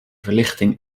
verlichting